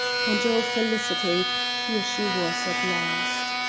and oh! felicity here she was at last!